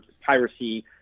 piracy